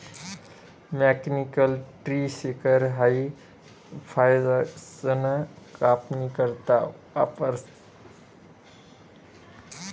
mechanical tree shaker हाई फयझाडसना कापनी करता वापरतंस